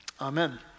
amen